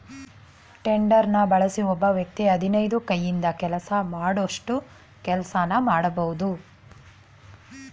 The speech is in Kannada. ಟೆಡರ್ನ ಬಳಸಿ ಒಬ್ಬ ವ್ಯಕ್ತಿ ಹದಿನೈದು ಕೈಯಿಂದ ಕೆಲಸ ಮಾಡೋಷ್ಟು ಕೆಲ್ಸನ ಮಾಡ್ಬೋದು